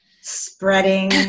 spreading